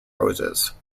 roses